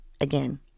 Again